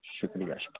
شکریہ شکریہ